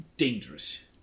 dangerous